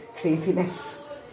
craziness